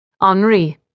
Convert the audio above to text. Henri